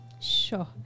sure